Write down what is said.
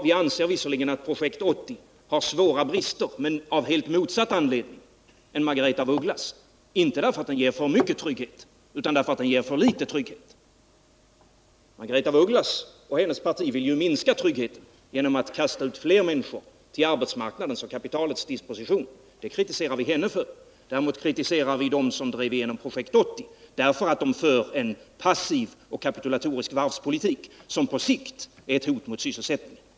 Vi anser visserligen att Projekt 80 har svåra brister, men det gör vi av en anledning som är helt motsatt den Margaretha af Ugglas talar om. Vi anser att Projekt 80 har svåra brister — inte därför att det ger för stor trygghet utan därför att det ger för liten trygghet. Margaretha af Ugglas och hennes parti vill ju minska tryggheten genom att kasta ut fler människor till arbetsmarknadens och kapitalets disposition. Det kritiserar vi henne för. Däremot kritiserar vi dem som drev igenom Projekt 80 därför att de för en passiv och kapitulatorisk varvspolitik, som på sikt är ett hot mot sysselsättningen.